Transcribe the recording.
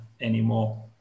anymore